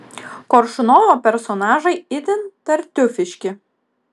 koršunovo personažai itin tartiufiški